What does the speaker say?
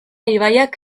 ibaiak